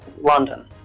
London